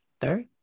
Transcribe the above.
third